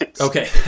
Okay